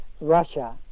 Russia